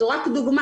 זו רק דוגמא.